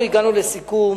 הגענו לסיכום